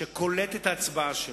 שקולט את ההצבעה שלו.